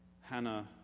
Hannah